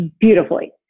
beautifully